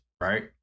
right